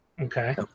Okay